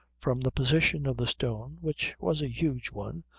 from the position of the stone, which was a huge one,